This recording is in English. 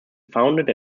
founded